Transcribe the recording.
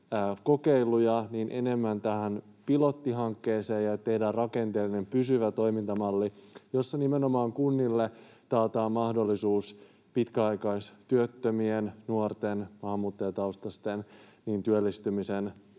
kokeiluja, enemmän tähän pilottihankkeeseen ja tehdään rakenteellinen, pysyvä toimintamalli, jossa nimenomaan kunnille taataan mahdollisuus pitkäaikaistyöttömien, nuorten, maahanmuuttajataustaisten työllistymisen